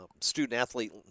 student-athlete